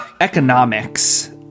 economics